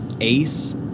Ace